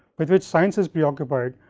with which sciences be occupied,